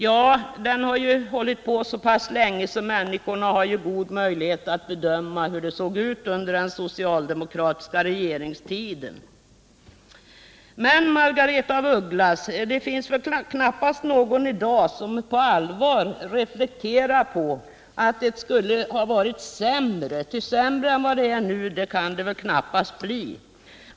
Ja, den har ju bedrivits så pass länge att människorna har god möjlighet att bedöma de uttryck den tog sig under den socialdemokratiska regeringstiden. Men, Margaretha af Ugglas, det finns väl knappast någon i dag som på allvar anser att det skulle ha blivit sämre — ty sämre än vad det är nu kan det väl knappast bli.